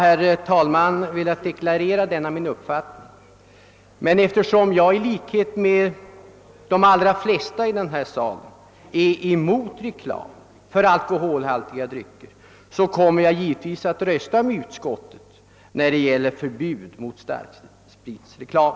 Herr talman! Jag har velat deklarera denna min uppfattning. Eftersom jag — i likhet med de allra flesta här i salen — är emot reklam för alkoholhaltiga drycker kommer jag givetvis att rösta med utskottet när det gäller förbud mot starkspritreklam.